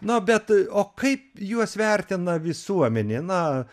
na bet o kaip juos vertina visuomenė na